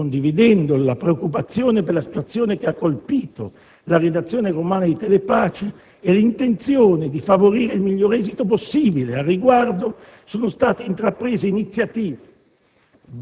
condividendo la preoccupazione per la situazione che ha colpito la redazione romana di Telepace e l'intenzione di favorire il miglior esito possibile a riguardo, sono state intraprese iniziative